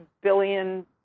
billion